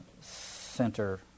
center